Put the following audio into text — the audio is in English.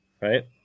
Right